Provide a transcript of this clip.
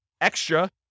extra